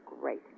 great